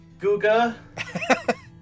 Guga